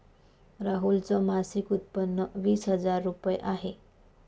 राहुल च मासिक उत्पन्न वीस हजार रुपये आहे